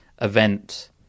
event